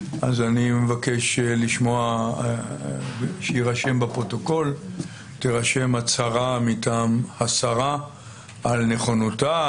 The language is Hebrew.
אני מבקש שתירשם בפרוטוקול הצהרה מטעם השרה על נכונותה,